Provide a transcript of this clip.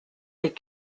les